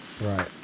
right